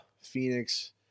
Phoenix